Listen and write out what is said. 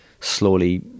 slowly